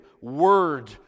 Word